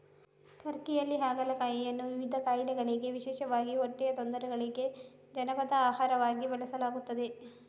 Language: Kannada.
ಟರ್ಕಿಯಲ್ಲಿ ಹಾಗಲಕಾಯಿಯನ್ನು ವಿವಿಧ ಕಾಯಿಲೆಗಳಿಗೆ ವಿಶೇಷವಾಗಿ ಹೊಟ್ಟೆಯ ತೊಂದರೆಗಳಿಗೆ ಜಾನಪದ ಆಹಾರವಾಗಿ ಬಳಸಲಾಗುತ್ತದೆ